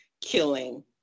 killing